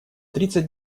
тридцать